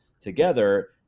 together